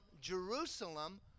Jerusalem